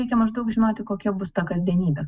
reikia maždaug žinoti kokia bus ta kasdienybė